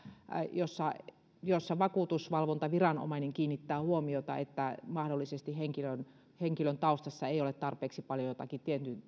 että vakuutusvalvontaviranomainen kiinnittää huomiota siihen että mahdollisesti henkilön henkilön taustassa ei ole tarpeeksi paljon jotakin